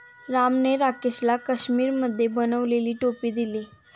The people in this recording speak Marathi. रामने राकेशला काश्मिरीमध्ये बनवलेली टोपी दिली